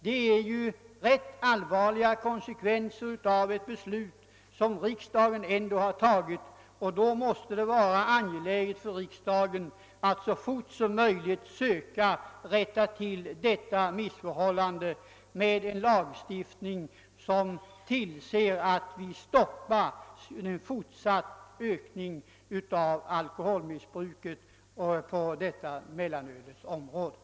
Det är allvarliga konsekvenser av ett beslut som riksdagen har fattat, och därför måste det vara angeläget för riksdagen att så fort som möjligt söka rätta till missförhållandena genom en lagstiftning som innebär att vi kan stoppa en fortsatt ökning av alkoholmissbruket i form av förtäring av mellanöl.